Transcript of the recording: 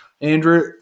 Andrew